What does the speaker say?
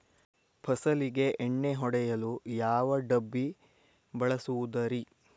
ಫಸಲಿಗೆ ಎಣ್ಣೆ ಹೊಡೆಯಲು ಯಾವ ಡಬ್ಬಿ ಬಳಸುವುದರಿ?